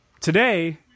today